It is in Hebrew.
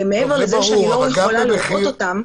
מעבר לזה שאני לא יכולה לראות אותם,